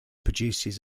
produces